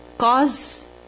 cause